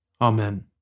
Amen